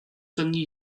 争议